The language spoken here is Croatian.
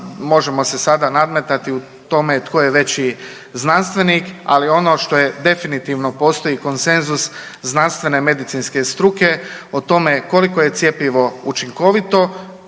možemo se sada nadmetati u tome tko je veći znanstvenik. Ali ono što definitivno postoji konsenzus znanstvene medicinske struke o tome koliko je cjepivo učinkovito